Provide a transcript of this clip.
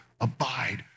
Abide